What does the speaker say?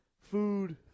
Food